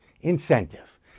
incentive